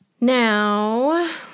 Now